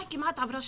כמעט שנה עברה,